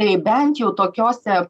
tai bent jau tokiose